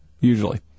usually